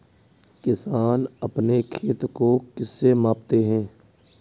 किसान अपने खेत को किससे मापते हैं?